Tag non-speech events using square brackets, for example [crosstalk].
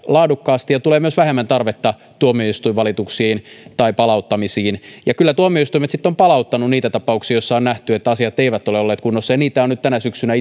[unintelligible] laadukkaasti ja tulee myös vähemmän tarvetta tuomioistuinvalituksiin tai palauttamisiin ja kyllä tuomioistuimet sitten ovat palauttaneet niitä tapauksia joissa on nähty että asiat eivät ole olleet kunnossa niitä on nyt tänä syksynä [unintelligible]